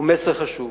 הוא מסר חשוב.